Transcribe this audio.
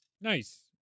Nice